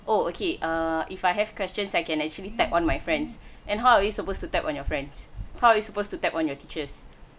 oh okay err if I have questions I can actually tap on my friends and how are you supposed to tap on your friends how are you supposed to tap on your teachers